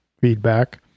feedback